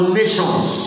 nations